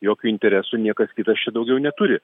jokių interesų niekas kitas čia daugiau neturi